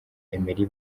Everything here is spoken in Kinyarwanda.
emery